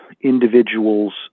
individuals